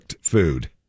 food